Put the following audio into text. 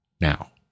now